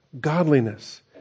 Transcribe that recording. godliness